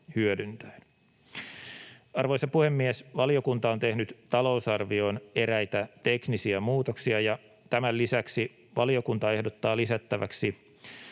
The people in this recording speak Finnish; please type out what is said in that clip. hyödyntäen. Arvoisa puhemies! Valiokunta on tehnyt talousarvioon eräitä teknisiä muutoksia, ja tämän lisäksi valiokunta ehdottaa lisättäväksi